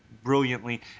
brilliantly